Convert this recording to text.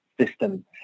system